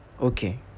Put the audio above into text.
Okay